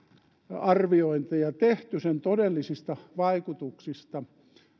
arviointeja sen todellisista vaikutuksista